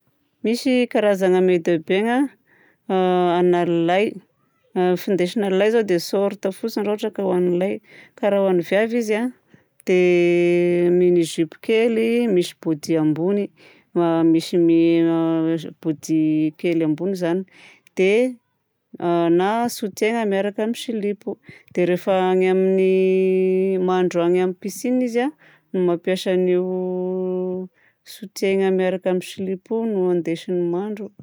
Misy karazagna maille de bain a ana lilahy: findesina lahy izao dia short fotsiny raha ohatra ka ho an'ny lahy. Ka raha ho an'ny vavy izy a dia mini-jupe kely misy body ambony misy mi body kely ambony izany dia na sotiaigna na miaraka amin'ny silipo. Dia rehefa agny amin'ny mandro agny amin'ny piscine izy a no mampiasa an'io. Sotiaigna miaraka amin'ny silipo io no andesiny mandro.